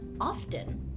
often